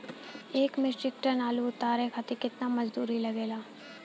एक metric tonne आलू उतारे खातिर केतना मजदूरी लागेला?